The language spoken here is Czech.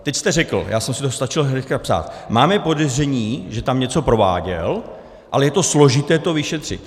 Teď jste řekl já jsem si to stačil hned psát: Máme podezření, že tam něco prováděl, ale je složité to vyšetřit.